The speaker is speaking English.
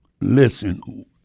Listen